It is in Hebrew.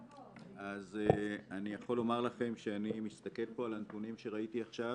אז אני יכול לומר לכם שאני מסתכל פה על הנתונים שראיתי עכשיו